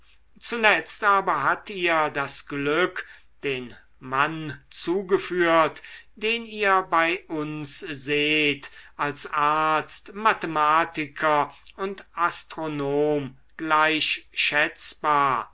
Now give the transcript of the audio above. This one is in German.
zuletzt aber hat ihr das gute glück den mann zugeführt den ihr bei uns seht als arzt mathematiker und astronom gleich schätzbar